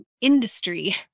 industry